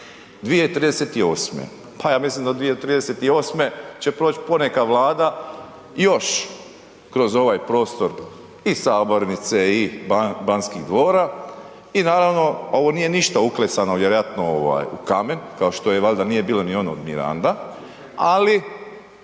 2038. Pa ja mislim da do 2038. će proć po neka Vlada još kroz ovaj prostor i sabornice i Banskih dvora i naravno ovo nije ništa uklesano vjerojatno u kamen, kao što valjda nije bilo ni ono od Miranda, ali